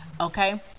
okay